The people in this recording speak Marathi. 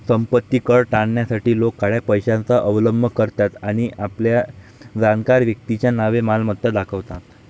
संपत्ती कर टाळण्यासाठी लोक काळ्या पैशाचा अवलंब करतात आणि आपल्या जाणकार व्यक्तीच्या नावे मालमत्ता दाखवतात